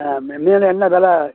ஆ ம மீன் என்ன வில